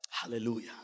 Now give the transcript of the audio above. Hallelujah